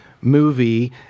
movie